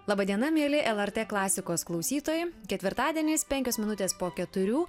laba diena mieli lrt klasikos klausytojai ketvirtadieniais penkios minutės po keturių